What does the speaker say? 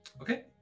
Okay